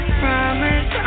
promise